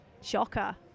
Shocker